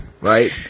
right